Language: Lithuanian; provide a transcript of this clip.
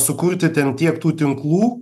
sukurti ten tiek tų tinklų